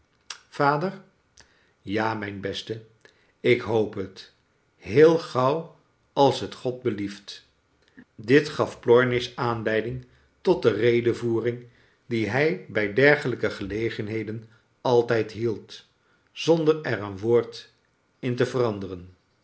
vader ja mijn beste ik hoop het heel gauw als t god belief t dit gaf plornish aanleiding tot de redevoering die hij bij dergelijke gelegenheden altijd hield zonder er een woord in te veranderen